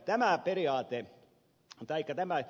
tämä periaate taikka tämä